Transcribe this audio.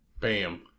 Bam